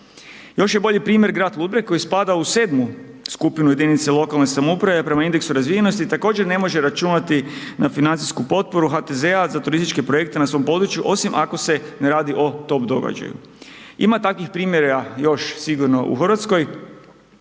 Još je bolji primjer grad Ludbreg koji spada u sedmu skupinu jedinica lokalne samouprave prema indeksu razvijenosti i također ne može računati na financijsku potporu HTZ-a za turističke projekte na svom području, osim ako se ne radi o tom događaju. Ima takvih primjera još sigurno u RH,